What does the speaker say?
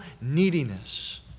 neediness